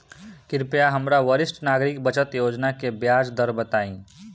कृपया हमरा वरिष्ठ नागरिक बचत योजना के ब्याज दर बताइं